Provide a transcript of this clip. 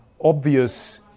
obvious